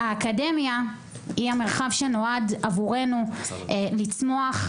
האקדמיה היא המרחב שנועד עבורנו לצמוח,